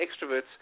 extroverts